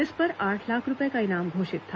इस पर आठ लाख रूपये का इनाम घोषित था